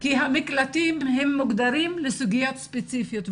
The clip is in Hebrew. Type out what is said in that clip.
כי המקלטים מוגדרים לסוגיות ספציפיות.